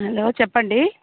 hello చెప్పండి